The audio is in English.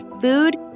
Food